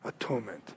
Atonement